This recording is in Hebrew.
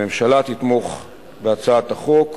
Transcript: הממשלה תתמוך בהצעת החוק,